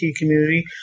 community